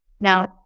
Now